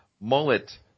Mullet